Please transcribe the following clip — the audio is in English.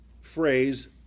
phrase